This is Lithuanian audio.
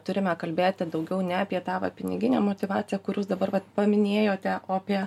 turime kalbėti daugiau ne apie tą va piniginę motyvaciją kur jūs dabar va paminėjote o apie